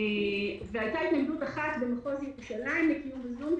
הייתה התנגדות אחת במחוז ירושלים לדיון בזום,